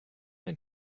ein